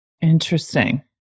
Interesting